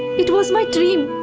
it was my dream.